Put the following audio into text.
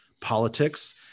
politics